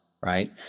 right